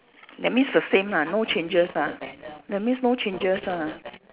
that means the same lah no changes ah that means no changes ah